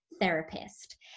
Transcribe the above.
therapist